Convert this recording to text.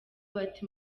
bati